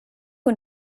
und